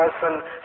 person